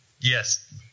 Yes